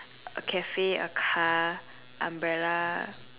a Cafe a car umbrella